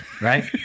right